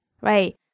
Right